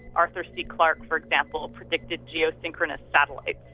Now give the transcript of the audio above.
arthur c. clarke for example predicted geo-synchronous satellites,